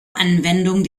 anwendung